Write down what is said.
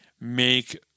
make